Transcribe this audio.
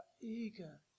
eager